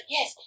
Yes